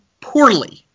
poorly